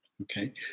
okay